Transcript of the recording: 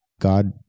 God